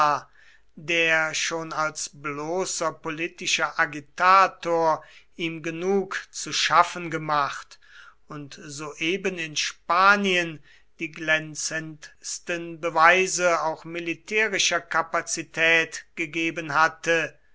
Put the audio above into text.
der schon als bloßer politischer agitator ihm genug zu schaffen gemacht und soeben in spanien die glänzendsten beweise auch militärischer kapazität gegeben hatte